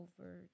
over